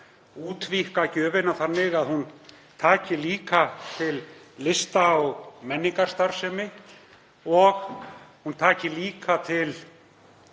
útvíkka gjöfina þannig að hún taki líka til lista- og menningarstarfsemi og taki líka til